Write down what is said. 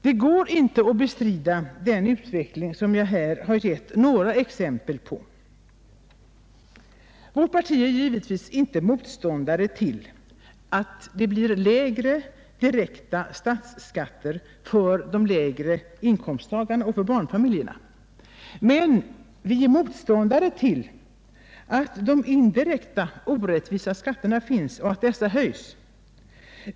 Det går inte att bestrida den utveckling som jag här har gett några exempel på. Vårt parti är givetvis inte motståndare till att det blir lägre direkta statsskatter för de lägre inkomsttagarna och för barnfamiljerna. Men vi är motståndare till att de indirekta orättvisa skatterna finns och att dessa höjs.